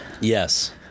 Yes